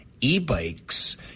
e-bikes